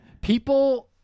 People